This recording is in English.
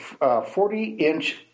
40-inch